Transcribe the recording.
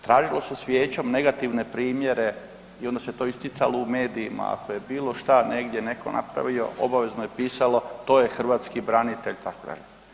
Tražilo se s vijećem negativne primjere i onda se to isticalo u medijima, ako je bilo šta negdje neko napravio, obavezno je pisalo, to je hrvatski branitelj itd.